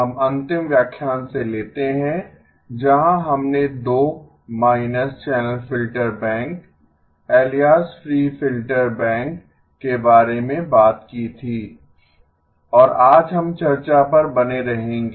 हम अंतिम व्याख्यान से लेते हैं जहां हमने 2 minus channel filter bank alias free filter bank के बारे में बात की थी और आज हम चर्चा पर बने रहेंगे